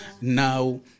Now